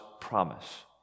promise